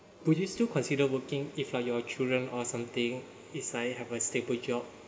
woud you still consider working if like your children or something is like have a stable job